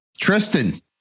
Tristan